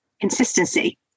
consistency